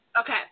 Okay